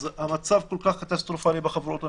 המצב כל כך קטסטרופלי בחברות הממשלתיות,